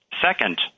Second